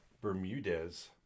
Bermudez